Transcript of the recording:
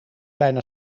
bijna